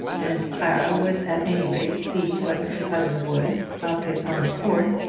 and clara would at any rate see whether her cousin would, of his own accord,